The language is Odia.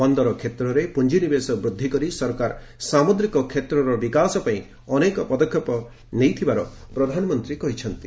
ବନ୍ଦର କ୍ଷେତ୍ରରେ ପୁଞ୍ଜିନିବେଶ ବୃଦ୍ଧି କରି ସରକାର ସାମୁଦ୍ରିକ କ୍ଷେତ୍ରର ବିକାଶ ପାଇଁ ଅନେକ ପଦକ୍ଷେପ ନେଇଥିବାର ପ୍ରଧାନମନ୍ତ୍ରୀ ଜଣାଇଛନ୍ତି